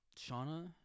Shauna